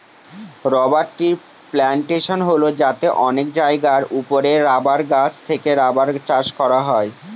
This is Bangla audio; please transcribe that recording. রবার ট্রির প্লানটেশন হল যাতে অনেক জায়গার ওপরে রাবার গাছ থেকে রাবার চাষ করা হয়